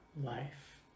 life